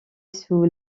sous